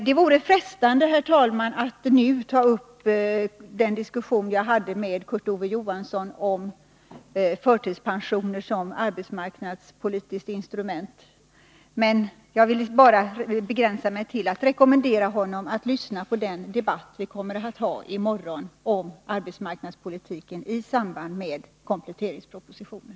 Det vore frestande, herr talman, att nu ta upp den diskussion jag hade med Kurt Ove Johansson om förtidspensioner som arbetsmarknadspolitiskt instrument, men jag vill begränsa mig till att rekommendera honom att lyssna på den debatt om arbetsmarknadspolitiken som vi kommer att ha i morgon i samband med behandlingen av kompletteringspropositionen.